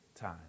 time